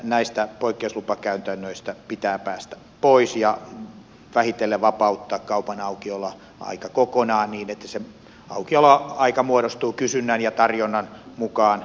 näistä poikkeuslupakäytännöistä pitää päästä pois ja vähitellen vapauttaa kaupan aukioloaika kokonaan niin että se aukioloaika muodostuu kysynnän ja tarjonnan mukaan